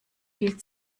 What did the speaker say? viel